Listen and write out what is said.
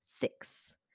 six